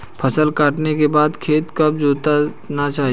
फसल काटने के बाद खेत कब जोतना चाहिये?